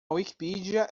wikipedia